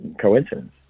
coincidence